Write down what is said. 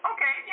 Okay